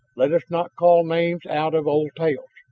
let us not call names out of old tales,